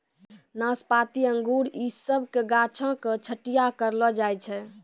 नाशपाती अंगूर इ सभ के गाछो के छट्टैय्या करलो जाय छै